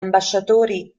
ambasciatori